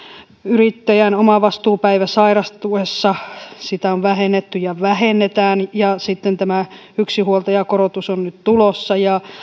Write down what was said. yrittäjän omavastuupäivää sairastuessa on vähennetty ja vähennetään sitten tämä yksinhuoltajakorotus on nyt tulossa ja